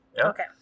Okay